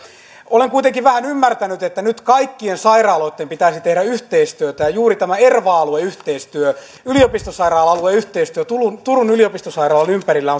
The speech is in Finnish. olen kuitenkin vähän ymmärtänyt että nyt kaikkien sairaaloitten pitäisi tehdä yhteistyötä ja juuri tämä erva alueyhteistyö yliopistosairaala alueyhteistyö turun turun yliopistosairaalan ympärillä